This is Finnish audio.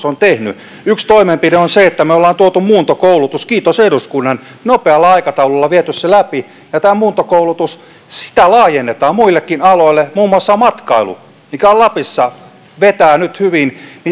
on tehnyt yksi toimenpide on se että me olemme tuoneet muuntokoulutuksen kiitos eduskunnan nopealla aikataululla vieneet sen läpi ja tätä muuntokoulutusta laajennetaan muillekin aloille muun muassa matkailuun mikä lapissa vetää nyt hyvin